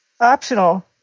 optional